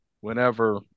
whenever